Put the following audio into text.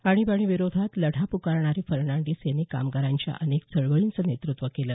आणिबाणी विरोधात लढा प्कारणारे फर्नांडीस यांनी कामगारांच्या अनेक चळवळींचं नेतृत्व केलं